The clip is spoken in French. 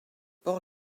port